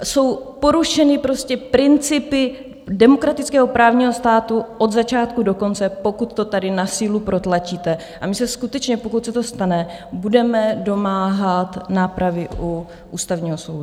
Jsou porušeny prostě principy demokratického právního státu od začátku do konce, pokud to tady na sílu protlačíte, a my se skutečně, pokud se to stane, budeme domáhat nápravy u Ústavního soudu.